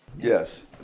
Yes